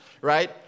right